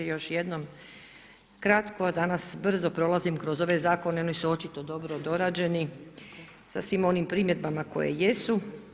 Još jednom kratko danas brzo prolazim kroz ove zakone, oni su očito dobro dorađeni sa svim onim primjedbama koje jesu.